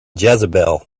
jezebel